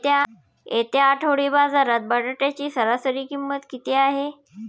येत्या आठवडी बाजारात बटाट्याची सरासरी किंमत किती आहे?